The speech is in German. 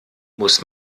muss